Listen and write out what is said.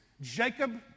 Jacob